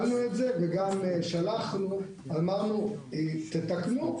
שלחנו ואמרנו תתקנו.